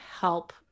help